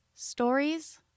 Stories